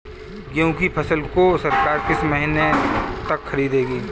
गेहूँ की फसल को सरकार किस महीने तक खरीदेगी?